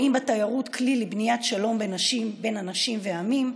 שנינו רואים בתיירות כלי לבניית שלום בין אנשים ועמים.